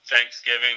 Thanksgiving